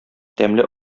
тәмле